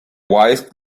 whisked